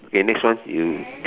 okay next one you